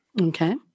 Okay